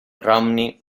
romney